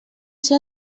ser